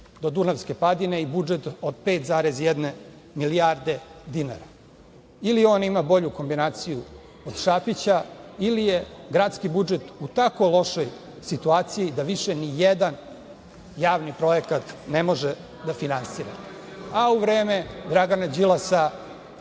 do Dunavske padine i budžet od 5,1 milijarde dinara ili on ima bolju kombinaciju od Šapića ili je gradski budžet u tako lošoj situaciji da više nijedan javni projekat ne može da finansira. U vreme Dragana Đilasa